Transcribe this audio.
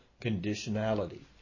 conditionality